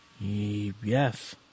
Yes